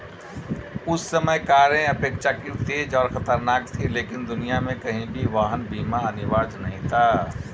उस समय कारें अपेक्षाकृत तेज और खतरनाक थीं, लेकिन दुनिया में कहीं भी वाहन बीमा अनिवार्य नहीं था